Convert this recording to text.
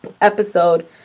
episode